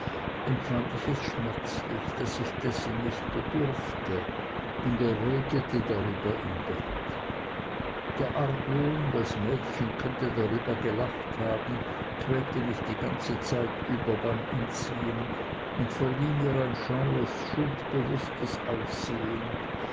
empfand ich es schmerzlich daß ich dessen nicht bedurfte und errötete darüber im bett der argwohn das mädchen könnte darüber gelacht haben quälte mich die ganze zeit über beim anziehen und verlieh mir ein scheues schuldbewußtes aussehen